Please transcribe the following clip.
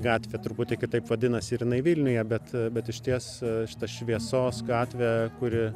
gatvė truputį kitaip vadinasi ir jinai vilniuje bet bet išties šita šviesos gatvė kuri